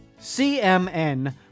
CMN